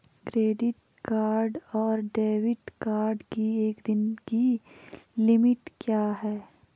Credit card और debit card की एक दिन की लिमिट क्या है?